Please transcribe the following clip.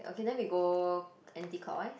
okay then we go anti-clockwise